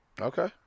Okay